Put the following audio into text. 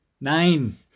Nine